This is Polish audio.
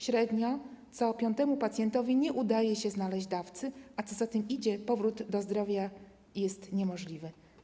Średnio co piątemu pacjentowi nie udaje się znaleźć dawcy, a co za tym idzie - powrót do zdrowia jest niemożliwy.